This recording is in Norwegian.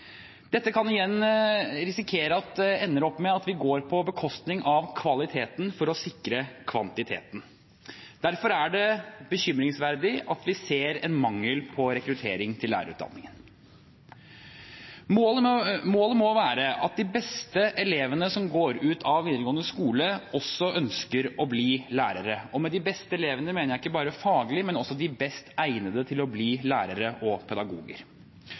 Dette kan vi igjen risikere at ender med å gå på bekostning av kvaliteten for at vi skal sikre kvantiteten. Derfor er det bekymringsfullt at vi ser en mangel på rekruttering til lærerutdanningen. Målet må være at de beste elevene som går ut av videregående skole, også ønsker å bli lærere – og med «de beste elevene» mener jeg ikke bare faglig, men også de best egnede til å bli lærere og pedagoger.